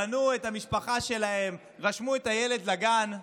בנו את המשפחה שלהם, רשמו את הילד לגן,